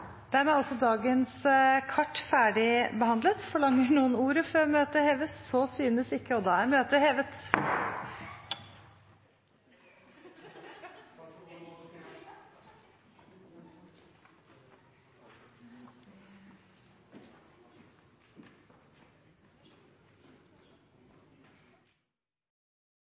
Dermed er også sakene på dagens kart ferdigbehandlet. Ønsker noen ordet før møtet heves? Så synes ikke, og møtet er hevet.